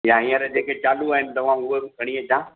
या हीअंर जेके चालू आहिनि दवाऊं उहे बि खणी अचा